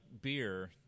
beer